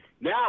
Now